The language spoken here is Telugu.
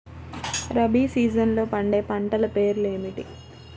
రబీ సీజన్లో పండే పంటల పేర్లు ఏమిటి?